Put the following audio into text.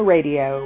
Radio